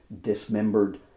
dismembered